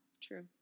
true